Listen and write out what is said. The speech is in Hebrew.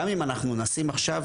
גם אם אנחנו נשים עכשיו